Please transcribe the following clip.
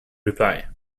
reply